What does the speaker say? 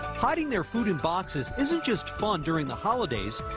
hiding their food in boxes isn't just fun during the holidays.